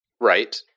Right